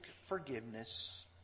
forgiveness